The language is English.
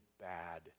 bad